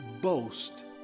boast